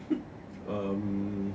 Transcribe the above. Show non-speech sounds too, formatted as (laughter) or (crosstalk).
(noise) um